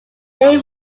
day